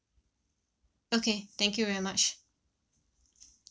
okay thank you very much